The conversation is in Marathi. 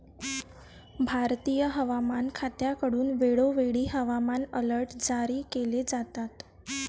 भारतीय हवामान खात्याकडून वेळोवेळी हवामान अलर्ट जारी केले जातात